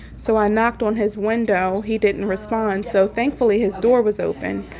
so i knocked on his window. he didn't respond, so thankfully his door was open.